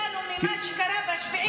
שלנו ממה שקרה ב-7 באוקטובר.